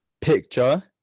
picture